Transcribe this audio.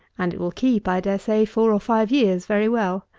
and it will keep, i dare say, four or five years very well.